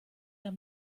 der